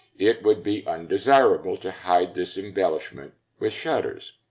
it would be undesirable to hide this embellishment with shutters.